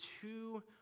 two